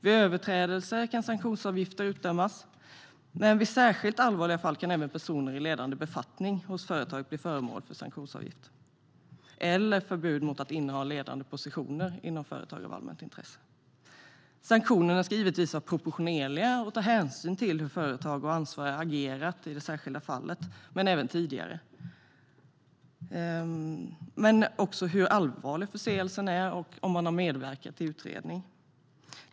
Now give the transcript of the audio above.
Vid överträdelser kan sanktionsavgifter utdömas. I särskilt allvarliga fall kan även personer i ledande befattning i företaget bli föremål för sanktionsavgift eller förbjudas att inneha ledande positioner inom företag av allmänt intresse. Sanktionerna ska givetvis vara proportionerliga och ta hänsyn till hur företag och ansvariga agerat i det särskilda fallet och även tidigare, men också hur allvarlig förseelsen är och om man har medverkat till utredning.